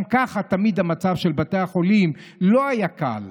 גם ככה תמיד המצב של בתי החולים לא היה קל,